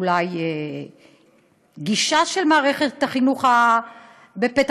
אולי גישה של מערכת החינוך בפתח-תקווה.